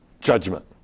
judgment